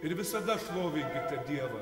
ir visada šlovinkite dievą